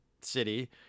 city